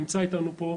נמצא איתנו כאן